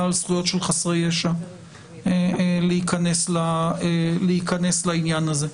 על זכויות של חסרי ישע להיכנס לעניין הזה.